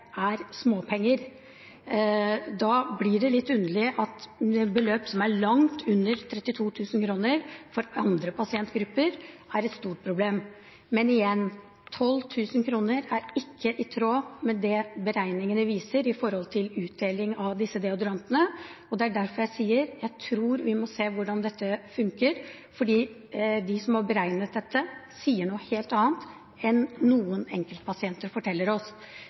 småpenger. Da blir det litt underlig at beløp som er langt under 32 000 kr for andre pasientgrupper, er et stort problem. Men igjen: 12 000 kr er ikke i tråd med det beregningene viser når det gjelder uttelling av disse deodorantene, og det er derfor jeg sier: Jeg tror vi må se hvordan dette funker, for de som har beregnet dette, sier noe helt annet enn noen enkeltpasienter forteller oss.